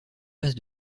passe